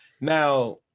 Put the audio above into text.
now